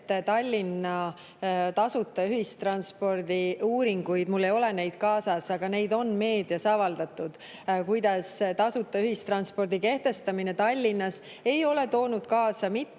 Tallinna tasuta ühistranspordi uuringuid. Mul ei ole neid kaasas, aga neid on meedias avaldatud, kuidas tasuta ühistranspordi kehtestamine Tallinnas ei ole toonud kaasa mitte